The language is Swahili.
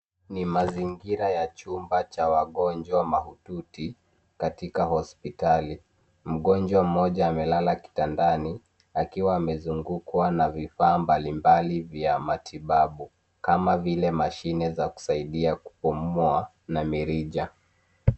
Ni mazingira ya chumba cha wagonjwa mahututi katika hospitali. Mgonjwa mmoja amelala kitandani, akiwa amezungukwa na vifaa mbali mbali vya matibabu, kama vile mashine za kusaidia kupumua na mirija.